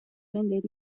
vender